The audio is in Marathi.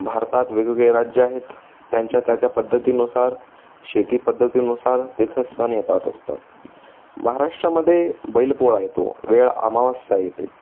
भारतात वेगवेगळे राज्य आहेत त्यांच्या त्या त्या पद्धतीनुसार शेती पद्धतीनुसार तिथं सण येतात असतात महाराष्ट्रामध्ये बैलपोळा येतो वेळ अमावस्या येते